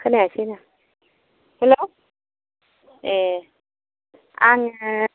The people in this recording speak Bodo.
खोनायासैनो हेल' ए आङो